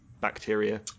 bacteria